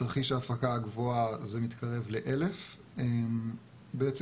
בתרחיש ההפקה הגבוהה זה מתקרב ל-1000 BCM. בעצם